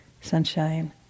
sunshine